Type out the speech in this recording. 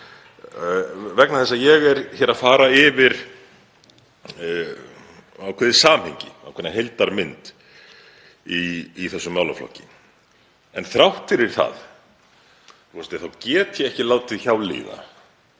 vegna þess að ég er hér að fara yfir ákveðið samhengi, ákveðna heildarmynd í þessum málaflokki. En þrátt fyrir það, forseti, get ég ekki látið hjá líða